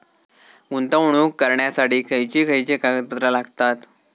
गुंतवणूक करण्यासाठी खयची खयची कागदपत्रा लागतात?